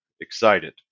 excited